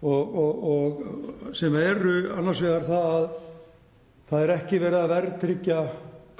Það er annars vegar það að ekki er verið að verðtryggja